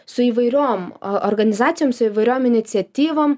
su įvairiom or organizacijom su įvairiom iniciatyvom